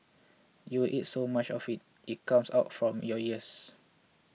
you will eat so much of it it comes out from your ears